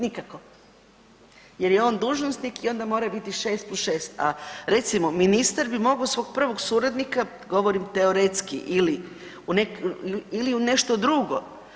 Nikako jer je on dužnosnik i onda mora bit 6+6, a recimo ministar bi mogo svog prvog suradnika, govorim teoretski, ili u nešto drugo.